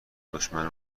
دشمن